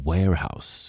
Warehouse